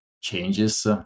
changes